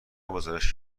گزارش